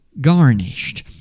garnished